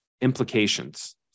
implications